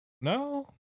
No